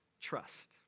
trust